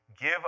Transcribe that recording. give